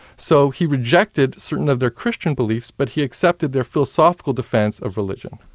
so he rejected certain of their christian beliefs, but he accepted their philosophical defence of religion.